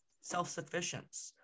self-sufficiency